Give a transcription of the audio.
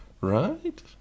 Right